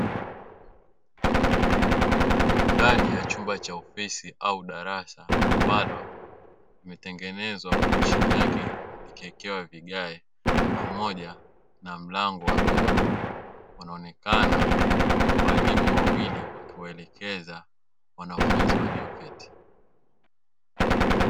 Ndani ya chumba cha ofisi au darasa, ambalo limetengenezwa huku chini yake likiwekewa vigae pamoja na mlango wa vioo, wanaonekana walimu wawili wakiwaelekeza wanafunzi walioketi.